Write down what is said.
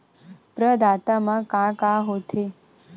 प्रदाता मा का का हो थे?